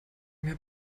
mir